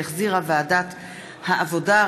שהחזירה ועדת העבודה,